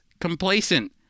complacent